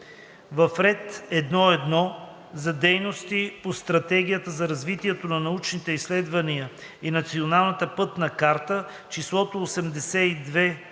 В ред „1.1. за дейности по Стратегията за развитие на научните изследвания и Националната пътна карта“ – числото „82